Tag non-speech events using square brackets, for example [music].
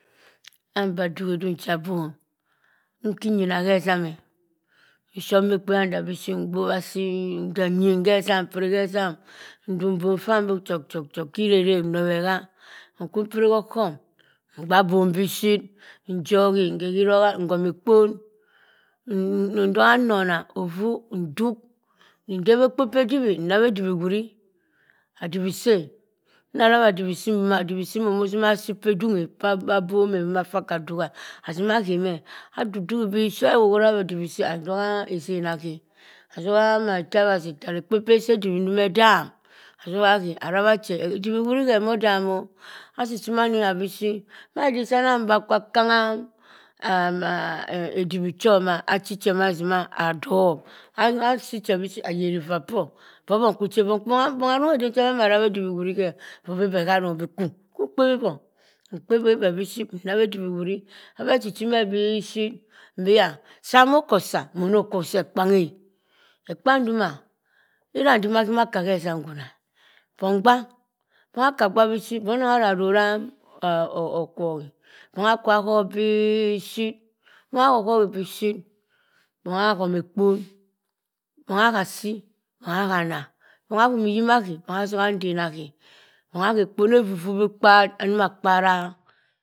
Abemba dughe ednng chabom, nkinyina hezam e. Nshop ma ekpebha nda biship mgbobha asii ndah nyi hezam. Mpiri hezam ntum bom bi chok chok [unintelligible] hirerek nnobhe ha. nkwu impire hogham. Mgba bom bishit. njohi nkhe ghiroha nhoma ekpon ntogha nnona offu, nduk. Ndi debhekpo pah edidhi nrabha edibhi wuri. Adibhi sii e. dina rabha adibhi sii mboma, adibhi sii mboma mozima asii pa edung e assi pa bom e nvaa ffa akah dughae. Azima aghe meh. adudughi biship [unintelligible] adibhisi azoha ezen akhe, ozoha itabhjasi tara ekpo pyah esa edibhi ndo edaam azoha akhe ara bha che. Edibhi awri ghe modam o. Asisi mando nyak biship. Madi sa ana bembe akwa kam=ngha [unintelligible] edighi cho ma achi che ma si si maa adohb. Achi ohe biship ayeri vaa porh bobong kwu chi bong ha rongha ede chi beh ama rabha edibhi ewuri khe o? Obi beh harong. mbi kwu, kwu nkpebhi bong. mkpebhi beh biship nnabha edibhi wuri. Abeh chi- chi meh bishit. Mbi yah samokosa mono si ekpange. Ekpang ndoma. irah nzima ahumokah hezam ngwuna e. bong gbah. Bongha aka gba bishit bongha ada rorah akwohi. Bongha akwa khok bii shit. Bongha akho khoghi bishit. Bongha ahoma ekpon bongha gha asii, bongha ghe annah, bongha hum iyib aghe. bongha azoha nten aghe ekpon. Efufu bikpar anima kpara.